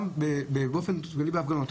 גם באופן כללי בהפגנות,